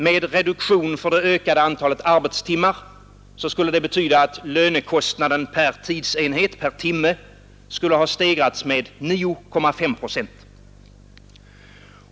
Med reduktion för det ökade antalet arbetstimmar skulle det betyda att lönekostnaden per timme skulle ha stegrats med 9,5 procent.